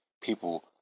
people